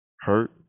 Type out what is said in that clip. hurt